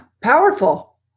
powerful